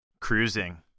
Cruising